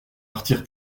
partir